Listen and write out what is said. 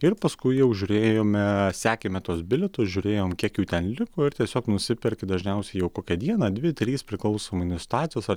ir paskui jau žiūrėjome sekėme tuos bilietus žiūrėjom kiek jau ten liko ir tiesiog nusiperki dažniausiai jau kokią dieną dvi tris priklausomai nuo situacijos